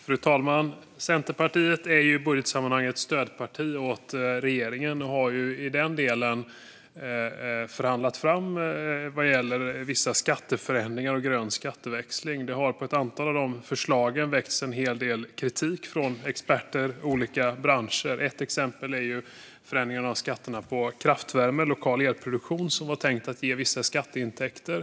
Fru talman! Centerpartiet är i budgetsammanhang ett stödparti åt regeringen och har i det avseendet förhandlat fram vissa skatteförändringar och grön skatteväxling. Mot ett antal av dessa förslag har det väckts en hel del kritik från experter och olika branscher. Ett exempel är förändringen av skatterna på kraftvärme från lokal elproduktion, som var tänkt att ge vissa skatteintäkter.